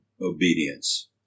obedience